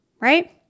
right